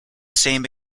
same